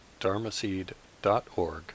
dharmaseed.org